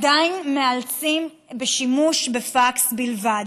מאלצים שימוש בפקס בלבד.